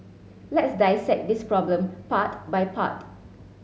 let's dissect this problem part by part